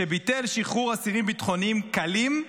שביטל שחרור אסירים ביטחוניים "קלים",